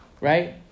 right